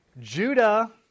Judah